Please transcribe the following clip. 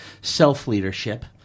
self-leadership